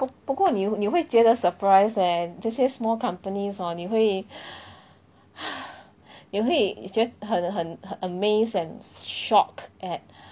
不不过你你会觉得 surprised leh 这些 small companies hor 你会 你会觉很很很 amazed and shocked at